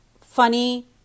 funny